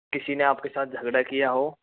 किसी ने आपके साथ झगड़ा किया हो